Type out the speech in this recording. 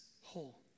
whole